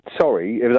sorry